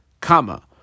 comma